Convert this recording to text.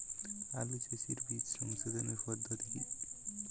আলু চাষের বীজ সোধনের পদ্ধতি কি?